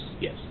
yes